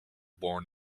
born